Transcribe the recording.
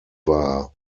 war